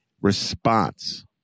response